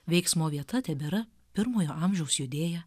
veiksmo vieta tebėra pirmojo amžiaus judėja